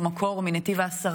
בביקורי המפונים,